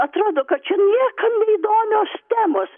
atrodo kad čia niekam neįdomios temos